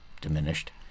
diminished